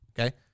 Okay